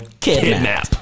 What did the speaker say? kidnap